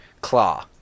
Claw